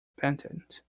patent